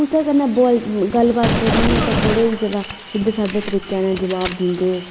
कुसै कन्नै गल्ल करनी होऐ तां बड़े जादा सिद्धे सादे तरीके कन्नै जबाव दिंदे